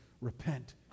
repent